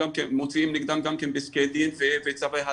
מוציאים נגדם גם כן פסקי דין וצווי הריסה,